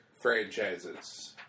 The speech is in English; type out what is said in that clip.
franchises